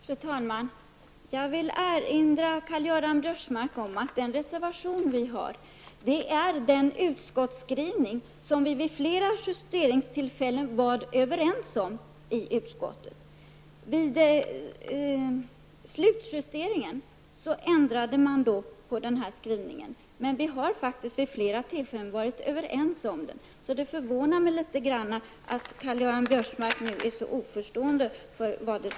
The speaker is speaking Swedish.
Fru talman! Jag vill erinra Karl-Göran Biörsmark om att vår reservation överensstämmer med den utskottsskrivning som vi vid flera justeringstillfällen var överens om i utskottet. Vid slutjusteringen ändrade man på den här skrivningen, men vi har faktiskt vid flera tillfällen varit överens om den skrivning som vi har vår reservation. Det förvånar därför litet grand att Karl-Göran Biörsmark är så oförstående för reservationen.